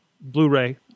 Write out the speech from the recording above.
Blu-ray